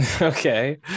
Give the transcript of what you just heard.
okay